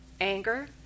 anger